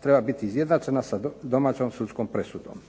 treba biti izjednačena sa domaćom sudskom presudom.